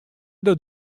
dat